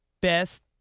best